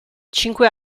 cinque